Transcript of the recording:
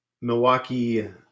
Milwaukee